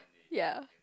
ya